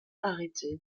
arrêté